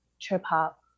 trip-hop